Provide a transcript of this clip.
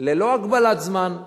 ללא הגבלת זמן,